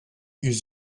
yüz